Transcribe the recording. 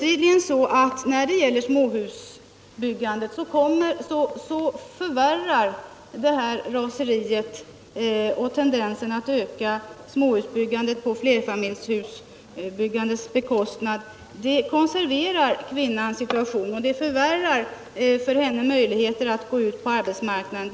Raseriet och tendensen att öka småhusbyggandet på flerfamiljshusbyggandets bekostnad konserverar obestridligen kvinnans situation och minskar hennes möjligheter att gå ut på arbetsmarknaden.